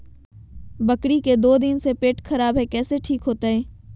बकरी के दू दिन से पेट खराब है, कैसे ठीक होतैय?